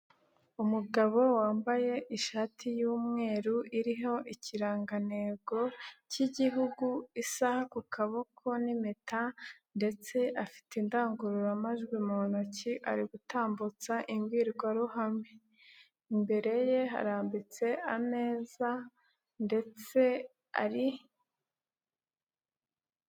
Umugabo wambaye ishati y'umweru, iriho ikirangantego cy'igihugu, isaha ku kaboko n'impeta ndetse afite indangururamajwi mu ntoki ari gutambutsa imgirwarwaruhame. Imbere ye harambitse ameza ndetse ari.